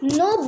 no